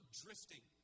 drifting